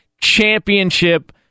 championship